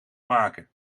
maken